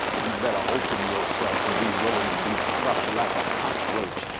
you better open yourself and be willing to be crushed like a cockroach.